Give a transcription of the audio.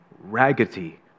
raggedy